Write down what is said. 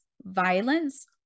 violence